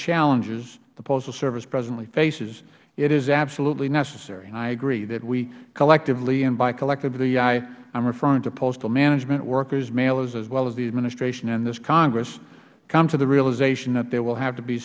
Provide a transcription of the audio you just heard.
challenges the postal service presently faces it is absolutely necessary and i agree that we collectively and by collectively i am referring to postal management workers mailers as well as the administration and this congress come to the realization that there will have to be